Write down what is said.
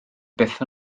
byth